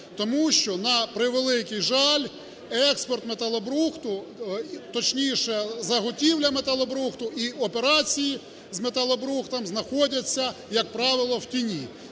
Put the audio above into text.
тому що, на превеликий жаль, експорт металобрухту, точніше заготівля металобрухту і операції з металобрухтом знаходяться, як правило, в тіні.